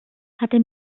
hatte